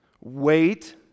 Wait